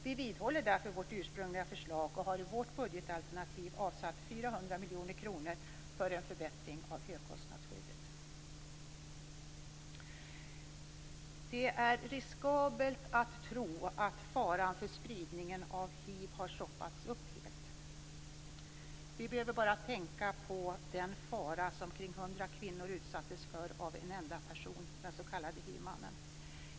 Vi vidhåller vårt ursprungliga förslag och har i vårt budgetalternativ avsatt 400 miljoner kronor för en förbättring av högkostnadsskyddet. Det är riskabelt att tro att faran för spridningen av hiv har stoppats helt. Vi behöver bara tänka på den fara som omkring 100 kvinnor utsattes för av en enda person, den s.k. hiv-mannen.